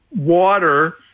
water